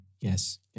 yes